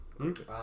Okay